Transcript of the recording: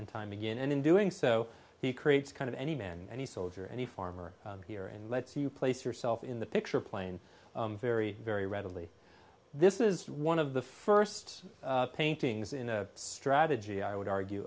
and time again and in doing so he creates kind of any man any soldier any farmer here and lets you place yourself in the picture plane very very readily this is one of the first paintings in a strategy i would argue